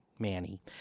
manny